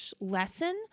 lesson